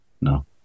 No